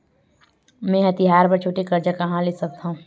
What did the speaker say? मेंहा तिहार बर छोटे कर्जा कहाँ ले सकथव?